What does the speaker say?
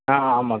ஆ ஆமாம் சார்